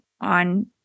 on